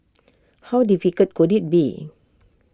how difficult could IT be